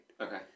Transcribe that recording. Okay